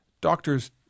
Doctors